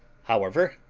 however,